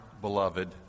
beloved